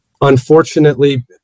unfortunately